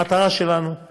המטרה שלנו היא